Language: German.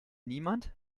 niemand